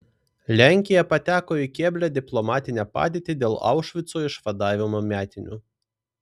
lenkija pateko į keblią diplomatinę padėtį dėl aušvico išvadavimo metinių